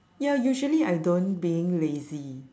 ya usually I don't being lazy